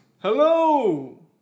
Hello